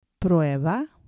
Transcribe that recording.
Prueba